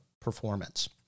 performance